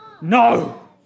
No